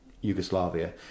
Yugoslavia